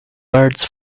birds